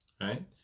Right